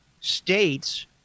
States